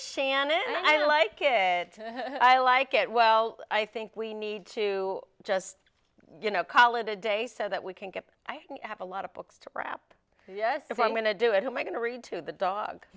shannon and i like it i like it well i think we need to just you know khalid a day so that we can get i have a lot of books to prep yes if i'm going to do at home i going to read to the dog